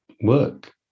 work